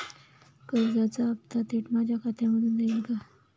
कर्जाचा हप्ता थेट माझ्या खात्यामधून जाईल का?